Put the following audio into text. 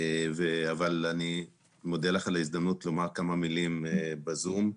אבל אני מודה לך על ההזדמנות לומר כמה מילים בזום.